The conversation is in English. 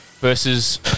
Versus